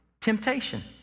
temptation